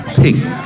pink